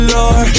Lord